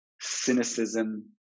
cynicism